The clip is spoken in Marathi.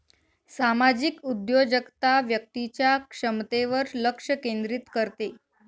सामाजिक उद्योजकता व्यक्तीच्या क्षमतेवर लक्ष केंद्रित करते